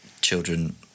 children